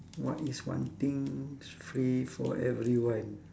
what is one thing is free for everyone